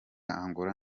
angola